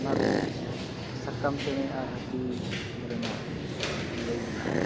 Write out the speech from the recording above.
ᱚᱱᱟᱨᱮ ᱥᱟᱠᱟᱢ ᱪᱮᱬᱮ ᱟᱨ ᱦᱟᱹᱛᱤ ᱨᱮᱱᱟᱜ ᱞᱟᱹᱭ ᱢᱮᱱᱟᱜᱼᱟ